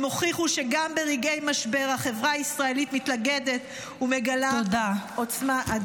הם הוכיחו שגם ברגעי משבר החברה הישראלית מתאגדת ומגלה עוצמה אדירה.